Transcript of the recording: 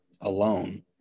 alone